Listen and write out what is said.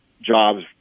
jobs